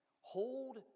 Hold